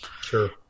Sure